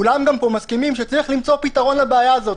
כולם פה גם מסכימים שצריך למצוא פתרון לבעיה הזאת.